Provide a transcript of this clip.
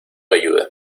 ayuda